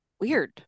Weird